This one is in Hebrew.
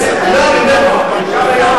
זה